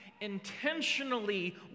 intentionally